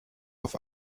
auf